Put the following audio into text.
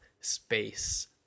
space